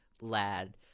lad